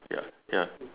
ya